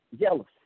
Jealous